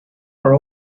are